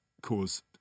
cause